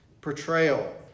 portrayal